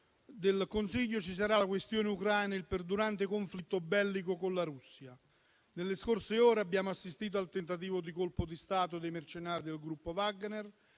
del Consiglio ci sarà la questione ucraina e il perdurante conflitto bellico con la Russia. Nelle scorse ore abbiamo assistito al tentativo di colpo di Stato dei mercenari del gruppo Wagner,